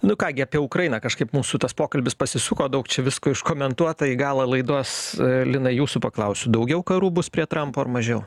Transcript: nu ką gi apie ukrainą kažkaip mūsų tas pokalbis pasisuko daug čia visko iš komentuota į galą laidos linai jūsų paklausiu daugiau karų bus prie trampo ar mažiau